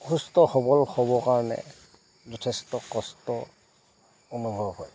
সুস্থ সবল হ'বৰ কাৰণে যথেষ্ট কষ্ট অনুভৱ হয়